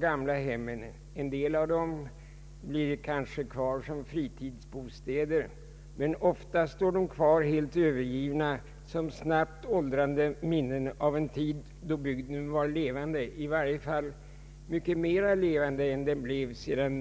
En del av de husen blir kanske kvar som fritidsbostäder, men ofta står de helt övergivna som snabbt åldrande minnen av en tid då bygden var levande, i varje fall mycket mer levande än den blev sedan